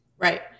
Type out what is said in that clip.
Right